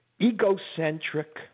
egocentric